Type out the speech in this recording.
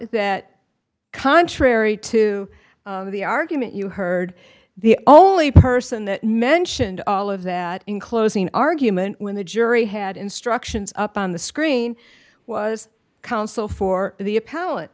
that contrary to the argument you heard the only person that mentioned all of that in closing argument when the jury had instructions up on the screen was counsel for the